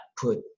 put